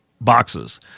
boxes